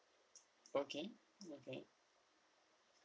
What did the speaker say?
okay okay